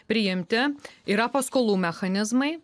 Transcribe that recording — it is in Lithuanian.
priimti yra paskolų mechanizmai